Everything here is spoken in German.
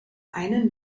einen